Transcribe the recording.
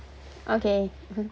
okay